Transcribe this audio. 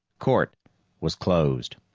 court was closed.